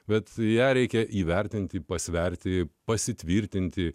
bet ją reikia įvertinti pasverti pasitvirtinti